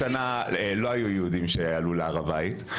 לא היו יהודים שעלו להר הבית.